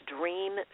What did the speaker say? dream